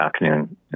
afternoon